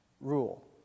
rule